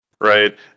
right